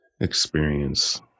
experience